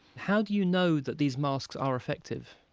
how do you know that these masks are effective?